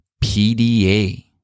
PDA